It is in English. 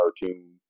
cartoon